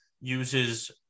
uses